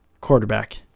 quarterback